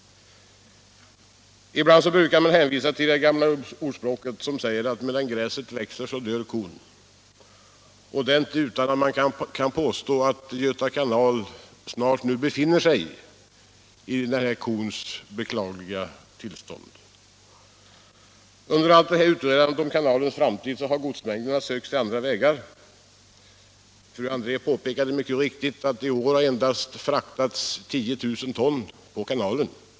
Ibland brukar man hänvisa till det gamla ordspråket som säger: Medan gräset växer dör kon. Det är inte utan att man kan påstå att Göta kanal nu snart befinner sig i kons beklagliga situation. Under allt detta utredande om kanalens framtid har godsmängderna sökt sig andra vägar —- fru André påpekade mycket riktigt att i år har endast fraktats 10 000 ton på kanalen.